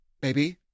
Baby